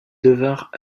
devinrent